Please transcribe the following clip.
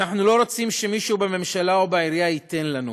אנחנו לא רוצים שמישהו בממשלה או בעירייה ייתן לנו,